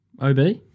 OB